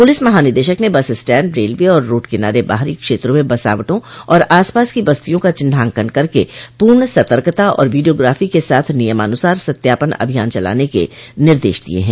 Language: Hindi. पुलिस महानिदेशक ने बस स्टैंड रेलवे और रोड किनारे बाहरी क्षेत्रों में बसावटों और आसपास की बस्तियों का चिन्हांकन करके पूर्ण सतर्कता और वीडियोग्राफी के साथ नियमानुसार सत्यापन अभियान चलाने के निर्देश दिये हैं